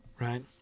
right